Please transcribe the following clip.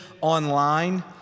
online